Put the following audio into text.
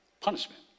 Punishment